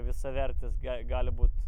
visavertis gali būt